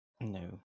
No